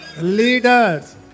Leaders